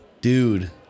Dude